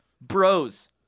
bros